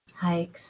hikes